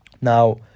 Now